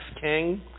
king